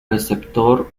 receptor